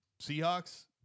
Seahawks